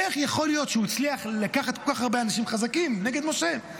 איך יכול להיות שהוא הצליח לקחת כל כך הרבה אנשים חזקים נגד משה?